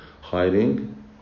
hiding